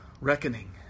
Reckoning